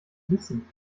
wissen